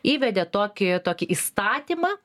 įvedė tokį tokį įstatymą